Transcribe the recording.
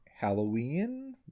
halloween